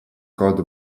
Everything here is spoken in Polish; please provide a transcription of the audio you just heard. kot